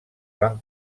van